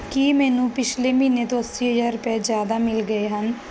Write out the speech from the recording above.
ਕੀ ਮੈਨੂੰ ਪਿਛਲੇ ਮਹੀਨੇ ਤੋਂ ਅੱਸੀ ਹਜ਼ਾਰ ਰੁਪਏ ਜ਼ਿਆਦਾ ਮਿਲ ਗਏ ਹਨ